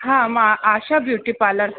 हा मां Asha beauty parlour